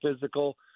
physical